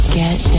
get